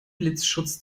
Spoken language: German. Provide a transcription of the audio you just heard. blitzschutz